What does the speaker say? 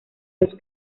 los